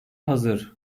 hazır